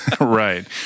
Right